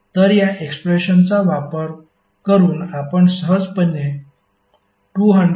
तर या एक्सप्रेशनचा वापर करून आपण सहजपणे 212